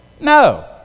No